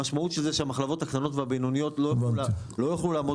המשמעות של זה היא שהמחלבות הקטנות והבינוניות לא יכלו לעמוד